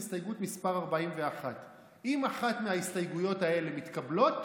הסתייגות מס' 41. אם אחת מההסתייגויות האלו מתקבלות,